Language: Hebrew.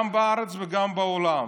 גם בארץ וגם בעולם,